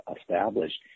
established